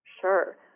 Sure